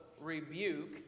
rebuke